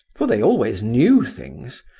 for they always knew things,